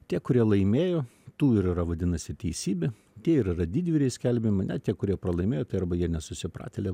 tie kurie laimėjo tų ir yra vadinasi teisybė tie ir yra didvyriai skelbiami ne tie kurie pralaimėjo tai arba jie nesusipratėliai